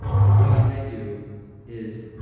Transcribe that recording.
but what i do is.